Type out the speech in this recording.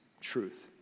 Truth